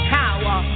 power